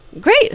Great